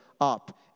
up